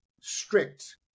strict